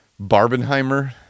Barbenheimer